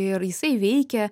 ir jisai veikia